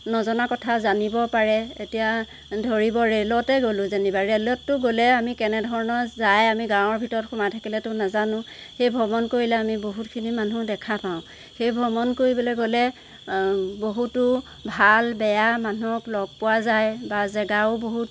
নজনা কথা জানিব পাৰে এতিয়া ধৰিব ৰে'লতে গ'লোঁ যেনিবা ৰে'লতটো গ'লে আমি কেনেধৰণৰ যায় আমি গাঁৱৰ ভিতৰত সোমাই থাকিলেটো নাজানোঁ সেই ভ্ৰমণ কৰিলে আমি বহুতখিনি মানুহ দেখা পাওঁ সেই ভ্ৰমণ কৰিবলৈ গ'লে বহুতো ভাল বেয়া মানুহক লগ পোৱা যায় বা জাগাও বহুত